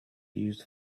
used